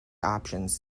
options